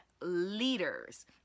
leaders